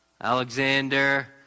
Alexander